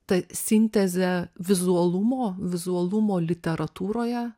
ta sintezė vizualumo vizualumo literatūroje